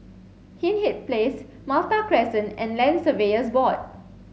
Hindhede Place Malta Crescent and Land Surveyors Board